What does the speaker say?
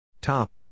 Top